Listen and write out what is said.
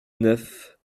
neuf